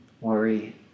worry